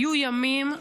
היו ימים,